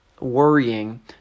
worrying